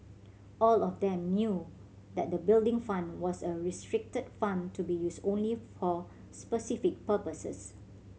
all of them knew that the Building Fund was a restricted fund to be used only for specific purposes